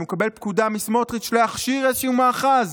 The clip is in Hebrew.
אם הוא מקבל פקודה מסמוטריץ' להכשיר איזשהו מאחז,